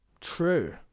True